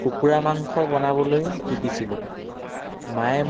সেইবাবে মই অৰ্ডাৰ দিম বুলি ভাবিছোঁ